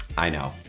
i know,